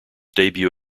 debut